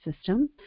system